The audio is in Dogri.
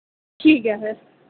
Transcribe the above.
ठीक ऐ फिर